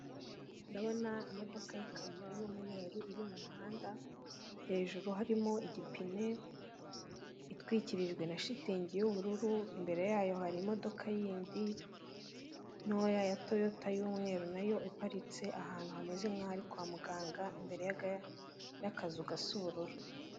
Ndabona imodoka yikamyo y'umweru iri mu muhanda hejuru harimo igipe, itwikirijwe na shitingi y'ubururu imbere yayo hari imodoka yindi ntoya ya toyota y'umweru nayo iparitse ahantu hameze nk'ahari kwa muganga imbere y'akazu gasa ubururu.